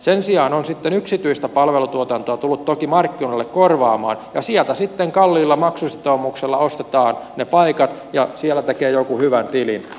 sen sijaan on sitten yksityistä palvelutuotantoa tullut toki markkinoille korvaamaan ja sieltä sitten kalliilla maksusitoumuksella ostetaan ne paikat ja siellä tekee joku hyvän tilin